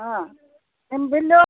ಹಾಂ ನಿಮ್ಮ ಬಿಲ್ಲೂ